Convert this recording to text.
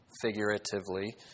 figuratively